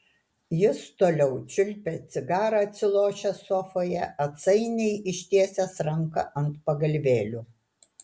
jis toliau čiulpė cigarą atsilošęs sofoje atsainiai ištiesęs ranką ant pagalvėlių